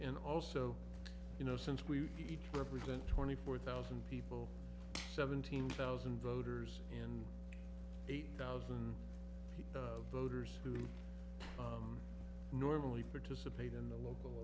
and also you know since we each were present twenty four thousand people seventeen thousand voters in eight thousand voters who normally participate in the local